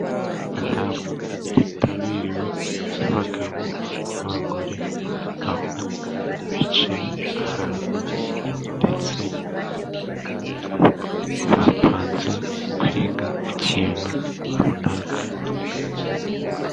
Inama yitabiriwe n'abagabo n'abagore aho bicaye ahantu, ndetse bapanze kwiga Ku kintu runaka.